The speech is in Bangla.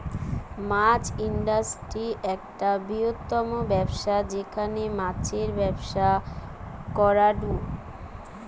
মাছ ইন্ডাস্ট্রি একটা বৃহত্তম ব্যবসা যেখানে মাছের ব্যবসা করাঢু